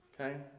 okay